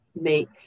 make